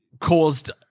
caused